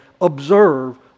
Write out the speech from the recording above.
observe